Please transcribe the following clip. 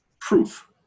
proof